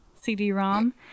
CD-ROM